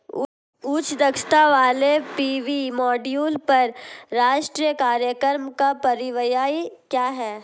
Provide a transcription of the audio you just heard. उच्च दक्षता वाले सौर पी.वी मॉड्यूल पर राष्ट्रीय कार्यक्रम का परिव्यय क्या है?